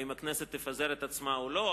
האם הכנסת תפזר את עצמה או לא,